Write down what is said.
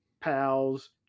pals